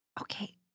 Okay